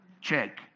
check